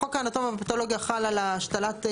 חוק האנטומיה והפתולוגיה חל על השתלת,